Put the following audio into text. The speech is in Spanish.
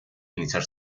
iniciar